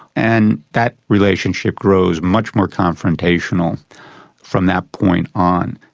and that relationship grows much more confrontational from that point on.